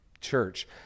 church